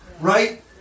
right